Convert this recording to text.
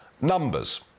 numbers